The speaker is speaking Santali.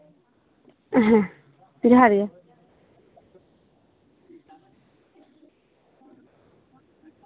ᱦᱮᱸ ᱡᱚᱦᱟᱨ ᱜᱮ